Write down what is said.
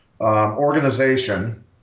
organization